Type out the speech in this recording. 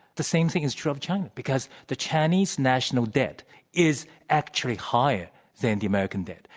the same thing is true of china, because the chinese national debt is actually higher than the american debt.